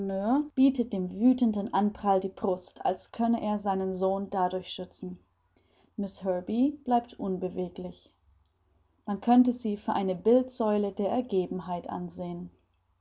bietet dem wüthenden anprall die brust als könne er seinen sohn dadurch schützen miß herbey bleibt unbeweglich man könnte sie für eine bildsäule der ergebenheit ansehen